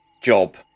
job